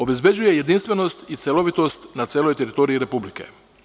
Obezbeđuje jedinstvenost i celovitost na celoj teritoriji Republike.